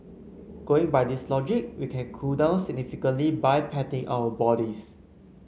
going by this logic we can cool down significantly by patting our bodies